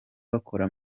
bakora